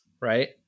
Right